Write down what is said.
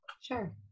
Sure